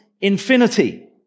infinity